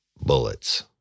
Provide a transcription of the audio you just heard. bullets